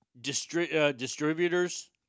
distributors